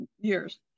years